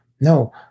no